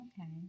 Okay